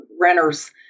renters